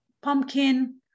pumpkin